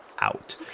out